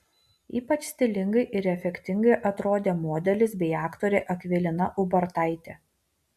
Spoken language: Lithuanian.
ypač stilingai ir efektingai atrodė modelis bei aktorė akvilina ubartaitė